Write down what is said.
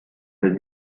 del